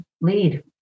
lead